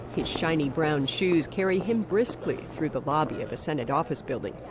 his shiny brown shoes carry him briskly through the lobby of a senate office building.